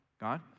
God